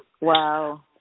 Wow